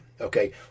okay